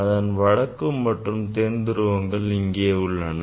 அதன் வட மற்றும் தென் துருவங்கள் இங்கே உள்ளன